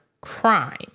crime